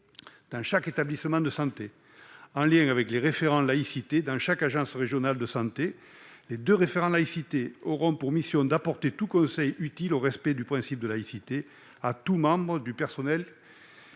dans chaque établissement de santé. En lien avec le référent laïcité de chaque agence régionale de santé, ou ARS, ces deux référents laïcité auront pour mission d'apporter tout conseil utile au respect du principe de laïcité à tout membre du personnel qui